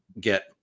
get